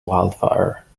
wildfire